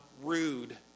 rude